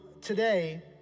today